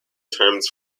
terms